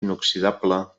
inoxidable